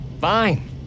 Fine